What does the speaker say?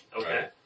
Okay